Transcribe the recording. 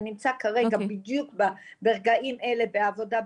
זה נמצא כרגע בדיוק ברגעים האלה בעבודה,